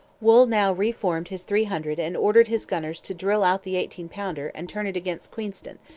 wool now re-formed his three hundred and ordered his gunners to drill out the eighteen-pounder and turn it against queenston,